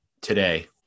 today